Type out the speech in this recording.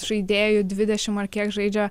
žaidėjų dvidešimt ar kiek žaidžia